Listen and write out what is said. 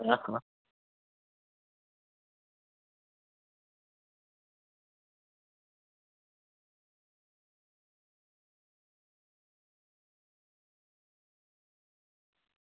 હ હ